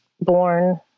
born